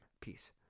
Peace